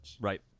Right